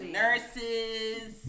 nurses